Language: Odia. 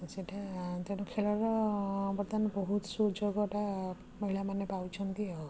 ସେଇଟା ତେଣୁ ଖେଳର ବର୍ତ୍ତମାନ ବହୁତ ସୁଯୋଗଟା ମହିଳାମାନେ ପାଉଛନ୍ତି ଆଉ